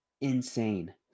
insane